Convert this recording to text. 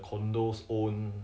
ya